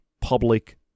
public